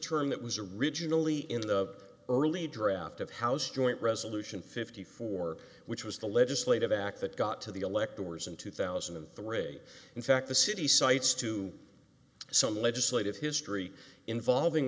term that was originally in the early draft of house joint resolution fifty four which was the legislative act that got to the elect the wars in two thousand and three in fact the city cites to some legislative history involving